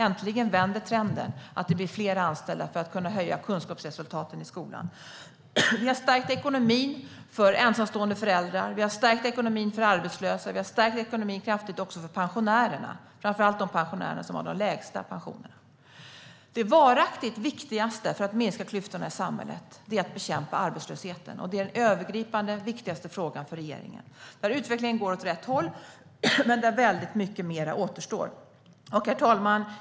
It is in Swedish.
Äntligen vänder trenden så att det blir fler anställda för att vi ska kunna höja kunskapsresultaten i skolan. Vi har stärkt ekonomin för ensamstående föräldrar, och vi har stärkt ekonomin för arbetslösa. Vi har stärkt ekonomin kraftigt även för pensionärerna, framför allt de pensionärer som har de lägsta pensionerna. Det varaktigt viktigaste för att minska klyftorna i samhället är att bekämpa arbetslösheten, och det är den övergripande viktigaste frågan för regeringen. Utvecklingen går åt rätt håll, men väldigt mycket mer återstår. Herr talman!